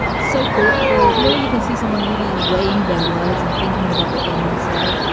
so thoughtful you know what? you can see someone really weighing their words and thinking about what they want to say.